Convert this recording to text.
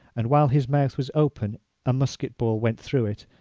and while his mouth was open a musquet ball went through it,